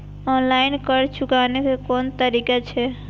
Online कर्ज चुकाने के कोन तरीका छै?